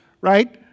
right